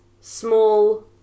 small